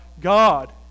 God